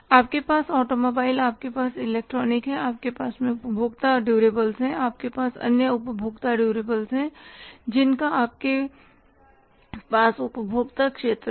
आपके पास ऑटोमोबाइल हैं आपके पास इलेक्ट्रॉनिक हैं आपके पास उपभोक्ता ड्यूरेबल्स हैं आपके पास अन्य उपभोक्ता ड्यूरेबल्स हैं जिनका आपके पास उपभोक्ता क्षेत्र है